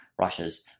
Russia's